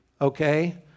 Okay